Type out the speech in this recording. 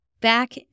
Back